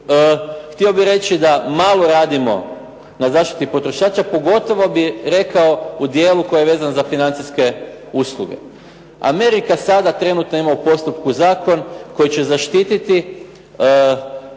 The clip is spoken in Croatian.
htio bih reći da malo radimo na zaštiti potrošača, pogotovo bi rekao u dijelu koji je vezan za financijske usluge. Amerika sada trenutno ima u postupku zakon koji će zaštititi korisnike